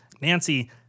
Nancy